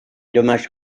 dommages